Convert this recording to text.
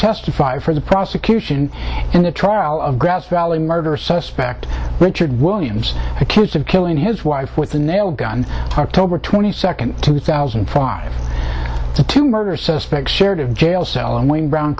testify for the prosecution in a trial of grass valley murder suspect richard williams accused of killing his wife with a nail gun tobar twenty second two thousand and five to two murder suspect shared of jail cell in wayne brown